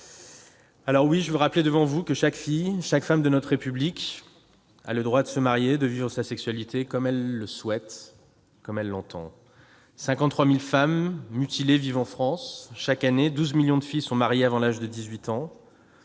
Oui, je veux rappeler devant vous que chaque fille, chaque femme de notre République a le droit de se marier et de vivre sa sexualité comme elle le souhaite ! En France, vivent 53 000 femmes mutilées. Chaque année, 12 millions de filles sont mariées avant l'âge de 18 ans